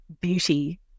beauty